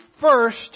first